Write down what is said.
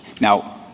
Now